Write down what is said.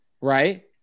right